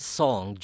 song